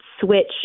switch